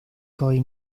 coi